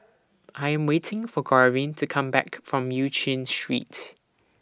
I Am waiting For Garvin to Come Back from EU Chin Street